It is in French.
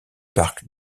parc